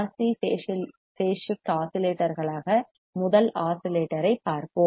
C RC phase shift ஆஸிலேட்டர்களான முதல் ஆஸிலேட்டரைப் பார்ப்போம்